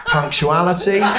Punctuality